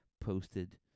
posted